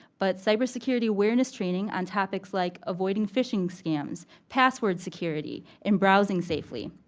but cybersecurity awareness training on topics like avoiding phishing scams, password security, and browsing safely.